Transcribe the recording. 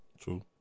true